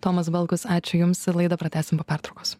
tomas balkus ačiū jums ir laidą pratęsim po pertraukos